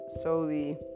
solely